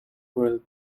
world